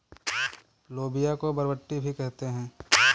लोबिया को बरबट्टी भी कहते हैं